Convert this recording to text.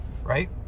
right